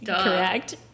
correct